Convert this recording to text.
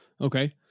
Okay